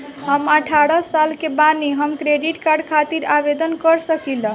हम अठारह साल के बानी हम क्रेडिट कार्ड खातिर आवेदन कर सकीला?